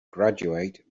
graduate